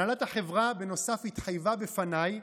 בנוסף, הנהלת החברה התחייבה בפניי,